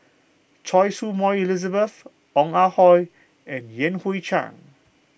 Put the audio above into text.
Choy Su Moi Elizabeth Ong Ah Hoi and Yan Hui Chang